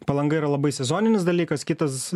palanga yra labai sezoninis dalykas kitas